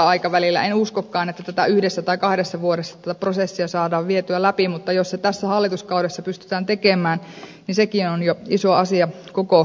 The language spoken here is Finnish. en uskokaan että yhdessä tai kahdessa vuodessa tätä prosessia saadaan vietyä läpi mutta jos se tässä hallituskaudessa pystytään tekemään niin sekin on jo iso asia koko yhteiskunnalle